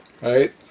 right